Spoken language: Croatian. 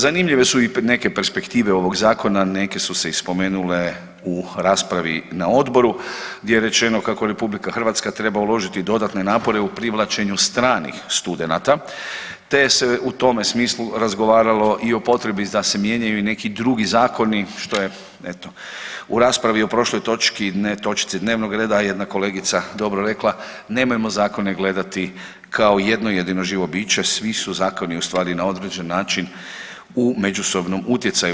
Zanimljive su i neke perspektive ovog zakona, neke su se i spomenule u raspravi na odboru gdje je rečeno kako RH treba uložiti dodatne napore u privlačenju stranih studenata, te se u tome smislu razgovaralo i o potrebi da se mijenjaju i neki drugi zakoni, što je eto u raspravi o prošloj točki, ne, točci dnevnog reda jedna kolegica dobro rekla, nemojmo zakone gledati kao jedno jedino živo biće, svi su zakoni u stvari na određen način u međusobnom utjecaju.